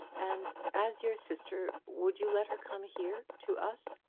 and as your sister would you let her come here to us?